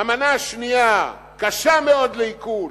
המנה השנייה קשה מאוד לעיכול,